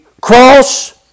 cross